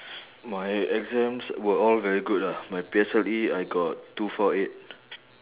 my exams were all very good ah my P_S_L_E I got two four eight